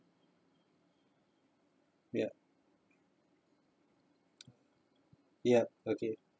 yup yup okay